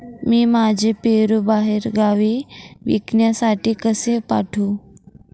मी माझे पेरू बाहेरगावी विकण्यासाठी कसे पाठवू?